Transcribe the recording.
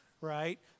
right